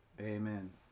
Amen